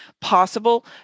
possible